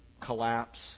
collapse